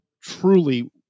truly